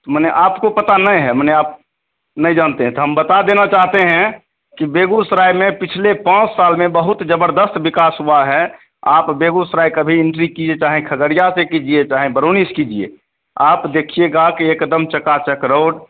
माने आपको पता नहीं है माने आप नहीं जानते हैं तो हम बता देना चाहते हैं कि बेगूसराय में पिछले पाँच साल में बहुत ज़बरदस्त विकास हुआ है आप बेगूसराय कभी इन्ट्री किए चाहें खगड़िया से कीजिए चाहें बरुनी से कीजिए आप देखिएगा कि एक दम चकाचक रोड